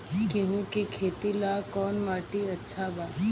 गेहूं के खेती ला कौन माटी अच्छा बा?